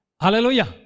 Hallelujah